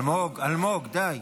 אלמוג, אלמוג, די,